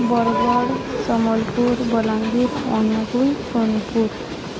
Bargarh Sambalpur Balangir Angul Sonepur